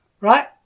right